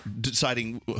deciding